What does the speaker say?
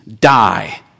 die